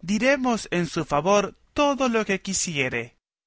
diremos en su favor todo lo que quisiere